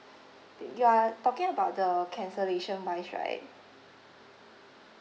b~ you are talking about the cancellation wise right